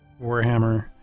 Warhammer